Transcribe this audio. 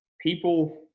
people